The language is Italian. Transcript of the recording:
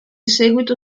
seguito